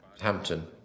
Hampton